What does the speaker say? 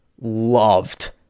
loved